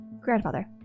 Grandfather